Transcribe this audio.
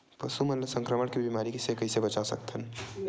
पशु मन ला संक्रमण के बीमारी से कइसे बचा सकथन?